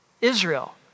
Israel